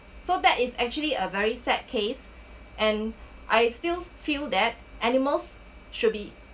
so that is actually a very sad case and I still feel that animals should be